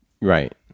Right